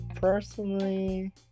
Personally